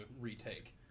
retake